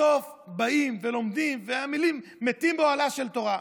בסוף באים ולומדים, והמילים: מתים באוהלה של תורה.